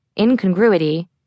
incongruity